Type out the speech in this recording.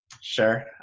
Sure